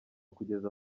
kugeza